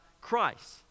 Christ